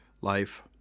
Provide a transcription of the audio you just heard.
life